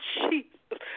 jesus